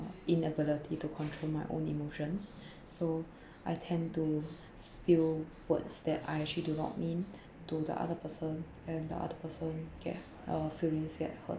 inability to control my own emotions so I tend to spill words that I actually do not mean to the other person and the other person get uh feelings that hurt